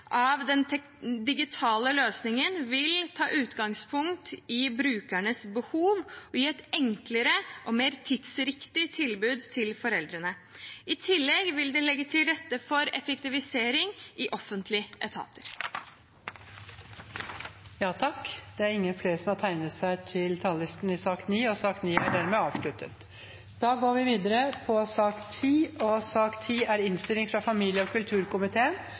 av den digitale løsningen vil ta utgangspunkt i brukernes behov og gi et enklere og mer tidsriktig tilbud til foreldrene. I tillegg vil det legge til rette for effektivisering i offentlige etater. Flere har ikke bedt om ordet til sak nr. 9. Etter ønske fra familie- og kulturkomiteen vil presidenten ordne debatten slik: 3 minutter til hver partigruppe og 3 minutter til medlemmer av regjeringen. Videre vil det ikke bli gitt anledning til replikker, og